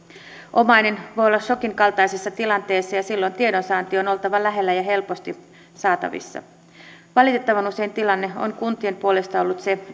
omainen voi olla sokin kaltaisessa tilanteessa ja silloin tiedon on oltava lähellä ja helposti saatavissa valitettavan usein tilanne on kuntien puolesta ollut se